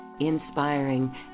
inspiring